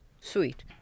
sweet